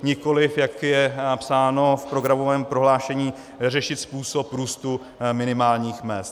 Nikoliv, jak je psáno v programovém prohlášení, řešit způsob růstu minimálních mezd.